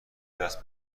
دست